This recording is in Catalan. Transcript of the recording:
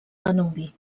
danubi